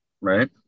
right